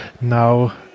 now